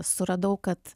suradau kad